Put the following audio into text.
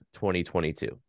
2022